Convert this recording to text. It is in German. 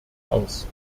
aus